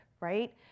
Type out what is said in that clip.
right